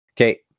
Okay